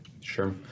Sure